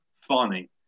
funny